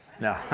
no